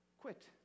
Quit